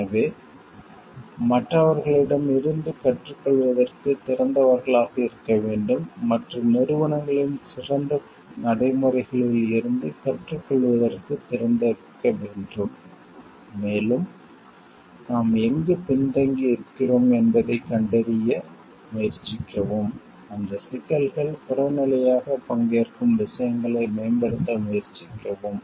எனவே மற்றவர்களிடம் இருந்து கற்றுக்கொள்வதற்குத் திறந்தவர்களாக இருக்க வேண்டும் மற்ற நிறுவனங்களின் சிறந்த நடைமுறைகளில் இருந்து கற்றுக்கொள்வதற்குத் திறந்திருக்க வேண்டும் மேலும் நாம் எங்கு பின்தங்கி இருக்கிறோம் என்பதைக் கண்டறிய முயற்சிக்கவும் அந்த சிக்கல்கள் புறநிலையாக பங்கேற்கும் விஷயங்களை மேம்படுத்த முயற்சிக்கவும்